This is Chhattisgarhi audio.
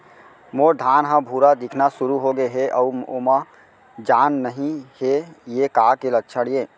मोर धान ह भूरा दिखना शुरू होगे हे अऊ ओमा जान नही हे ये का के लक्षण ये?